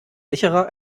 sicherer